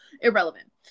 Irrelevant